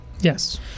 Yes